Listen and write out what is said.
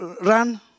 run